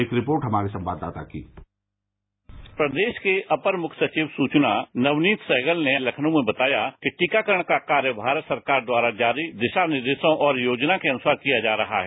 एक रिपोर्ट हमारे संवाददाता कीः प्रदेश के अपर मुख्य सचिव सूचना नवनीत सहगल ने लखनऊ में बताया कि टीकाकरण का कार्य भारत सरकार द्वारा जारी दिशा निर्देशों और योजना के अनुसार किया जा रहा है